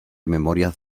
memorias